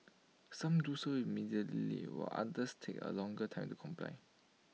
some do so immediately while others take A longer time to comply